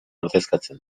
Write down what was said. ordezkatzen